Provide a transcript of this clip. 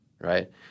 right